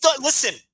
Listen